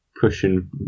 pushing